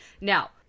Now